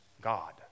God